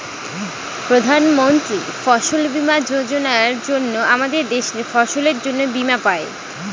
প্রধান মন্ত্রী ফসল বীমা যোজনার জন্য আমাদের দেশের ফসলের জন্যে বীমা পাই